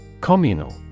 Communal